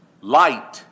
Light